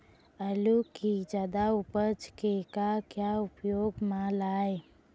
आलू कि जादा उपज के का क्या उपयोग म लाए?